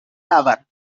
lover